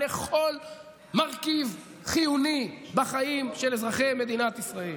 לכל מרכיב חיוני בחיים של אזרחי מדינת ישראל.